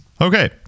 okay